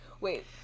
Wait